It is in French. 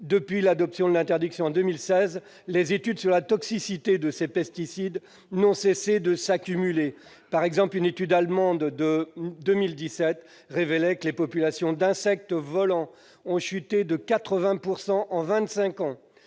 Depuis l'adoption de l'interdiction en 2016, les études sur la toxicité de ces pesticides n'ont cessé de s'accumuler. Par exemple, une étude allemande de 2017 révèle que les populations d'insectes volants ont diminué de 80 % en